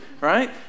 right